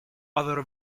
other